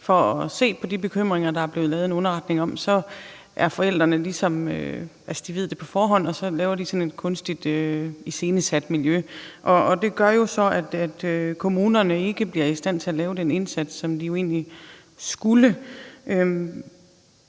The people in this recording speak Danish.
for at se på det, der er blevet lavet en underretning om, så ved forældrene det på forhånd og laver et kunstigt iscenesat miljø. Det gør jo så, at kommunerne ikke bliver i stand til at gøre den indsats, som de egentlig skulle.